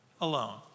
Alone